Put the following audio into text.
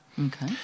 Okay